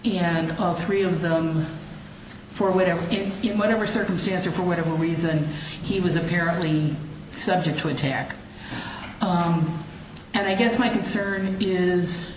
and all three of them for whatever give him whatever circumstance or for whatever reason he was apparently subject to attack and i guess my concern is